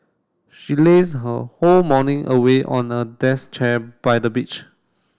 she lazed her whole morning away on a desk chair by the beach